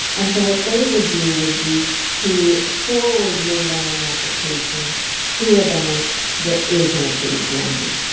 and so what they would do would be to forward your loan application to a bank that is an approved lender.